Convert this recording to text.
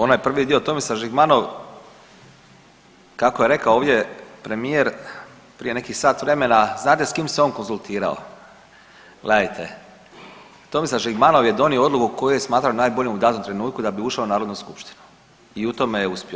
Onaj prvi dio Tomislav Žigmanov kako je rekao ovdje premijer prije nekih sat vremena, znate s kim se on konzultirao, gledajte Tomislav Žigmanov je donio odluku koju je smatrao najboljom u datom trenutku da bi ušao u narodnu skupštinu i u tome je uspio.